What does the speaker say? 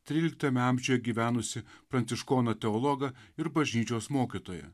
tryliktame amžiuje gyvenusį pranciškoną teologą ir bažnyčios mokytoją